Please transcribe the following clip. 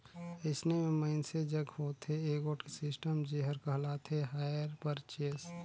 अइसे में मइनसे जग होथे एगोट सिस्टम जेहर कहलाथे हायर परचेस